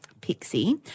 Pixie